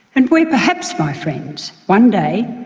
and where, perhaps, my friends, one day,